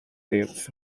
deals